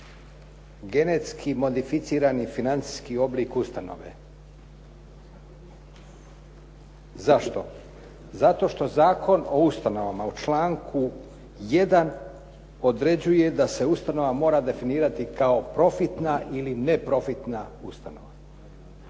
genetski modificirani financijski oblik ustanove. Zašto? Zato što Zakona o ustanovama u članku 1. određuje da se ustanova mora definirati kao profitna ili neprofitna ustanova,